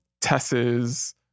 Tess's